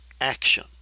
action